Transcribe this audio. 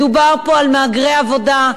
מדובר פה על מהגרי עבודה,